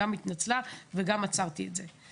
גם היתה התנצלות וגם עצרתי את זה.